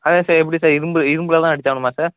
அதான் சார் எப்படி சார் இரும்பு இரும்பில் தான் அடிச்சாகனுமா சார்